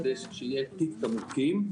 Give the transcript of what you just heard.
כדי שיהיה תיק תמרוקים,